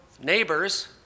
neighbors